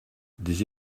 des